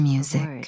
Music